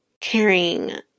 caring